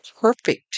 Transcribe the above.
perfect